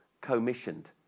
commissioned